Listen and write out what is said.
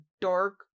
dark